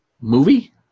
movie